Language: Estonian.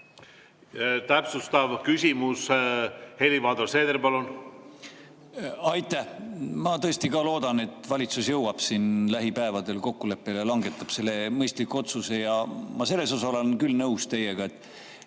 Täpsustav küsimus. Helir-Valdor Seeder, palun! Aitäh! Ma tõesti loodan, et valitsus jõuab lähipäevadel kokkuleppele ja langetab mõistliku otsuse. Ma selles osas olen nõus teiega, et